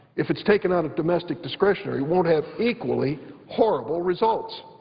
if it's taken out of domestic discretionary won't have equally horrible results.